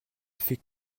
fait